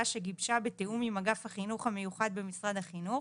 שגיבשה בתיאום עם אגף החינוך המיוחד במשרד החינוך,